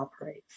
operates